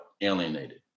alienated